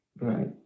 Right